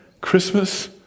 Christmas